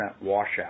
washout